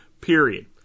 Period